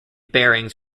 bearings